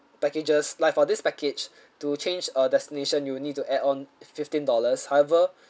packages like for this package to change uh destination you need to add on fifteen dollars however